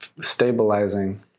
stabilizing